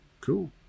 Cool